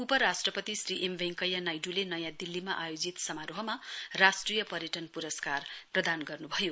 उपराष्ट्रपति श्री एम वेंकैया नाइडूले नयाँ दिल्लीमा आयोजित समारोहमा राष्ट्रिय पर्यटन पुरस्कार प्रदान गर्नुभयो